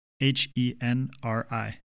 H-E-N-R-I